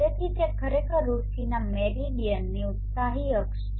તેથી તે ખરેખર રુચિના મેરિડીયનની ઉત્સાહી અક્ષ છે